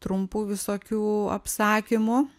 trumpų visokių apsakymų